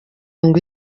ngo